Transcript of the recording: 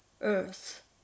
earth